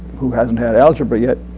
who hasn't had algebra yet,